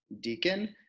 deacon